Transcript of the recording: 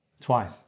Twice